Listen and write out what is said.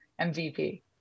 MVP